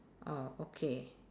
orh okay